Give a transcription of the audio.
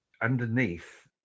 underneath